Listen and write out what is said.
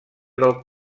del